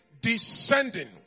descending